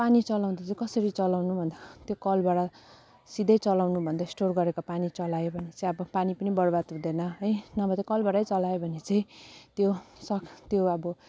पानी चलाउँदा चाहिँ कसरी चलाउनु भन्दा त्यो कलबाट सिधै चलाउनु भन्दा स्टोर गरेको पानी चलायो भने चाहिँ अब पानी पनि बर्बाद हुँदैन है नभए त कलबाटै चलायो भने चाहिँ त्यो सक त्यो अब